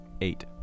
eight